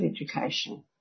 education